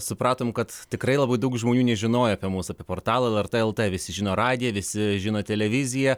supratom kad tikrai labai daug žmonių nežinojo apie mus apie portalą el er tė el tė visi žino radiją visi žino televiziją